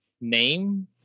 name